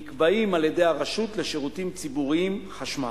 נקבעים על-ידי הרשות לשירותים ציבוריים, חשמל.